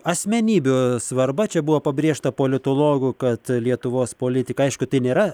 asmenybių svarba čia buvo pabrėžta politologų kad lietuvos politikai aišku tai nėra